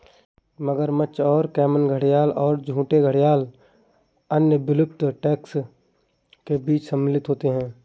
मगरमच्छ और कैमन घड़ियाल और झूठे घड़ियाल अन्य विलुप्त टैक्सा के बीच शामिल होते हैं